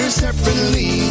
separately